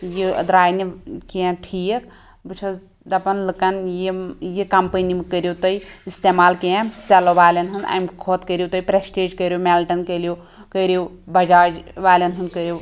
یہِ درٛاے نہٕ کیٚنٛہہ ٹھیٖک بہٕ چھیٚس دَپان لوٗکَن یِم یہِ کَمپٔنی مہٕ کٔرِو تُہۍ اِستعمال کیٚنٛہہ سیٚلو والیٚن ہُنٛد اَمہِ کھۄتہٕ کٔرِو پرٛیٚسٹیج کٔرِو مِلٹَن کٔلو کٔرِو بَجاج والین ہُنٛد کٔرِو